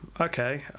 Okay